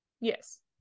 Yes